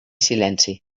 silenci